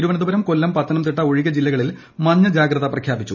തിരുവനന്തപുരം കൊല്ലം പത്തനംതിട്ട ഒഴികെ ജില്ലകളിൽ മഞ്ഞ ജാഗ്രത പ്രഖ്യാപിച്ചു